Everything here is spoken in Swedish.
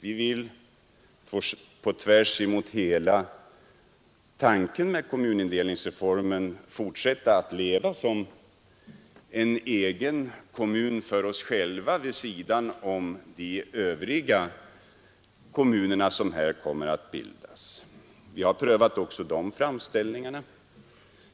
Vi vill, på tvärs mot hela tanken med kommunindelningsreformen, fortsätta att leva som egen kommun för oss själva vid sidan av de övriga kommuner som kommer att bildas. — Vi har prövat också de framställningarna.